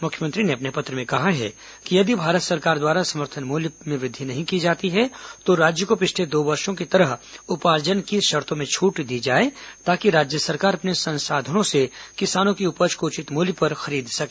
मुख्यमंत्री ने अपने पत्र में कहा है कि यदि भारत सरकार द्वारा समर्थन मूल्य में वृद्धि नहीं की जाती है तो राज्य को पिछले दो वर्षो की तरह उपार्जन की शर्तों में छूट दी जाए ताकि राज्य सरकार अपने संसाधनों से किसानों की उपज को उचित मूल्य पर खरीद सके